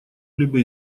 либо